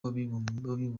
w’abibumbye